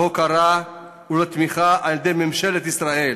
להוקרה ולתמיכה על-ידי ממשלת ישראל